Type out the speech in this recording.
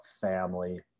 family